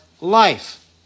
life